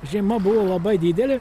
žiema buvo labai didelė